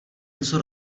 něco